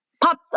Pop